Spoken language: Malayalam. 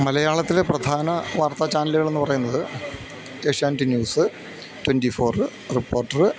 മലയാളത്തിലെ പ്രധാന വാർത്താ ചാനലുകളെന്ന് പറയുന്നത് Asianet news twenty four Reporter